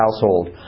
household